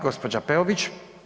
Gospođa Peović.